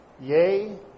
Yea